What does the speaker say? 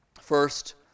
First